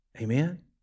amen